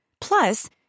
Plus